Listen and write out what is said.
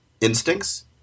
instincts